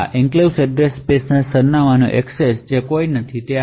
આ હા enclaves address સ્પેસમાં સરનામાંની એક્સેસ છે